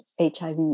HIV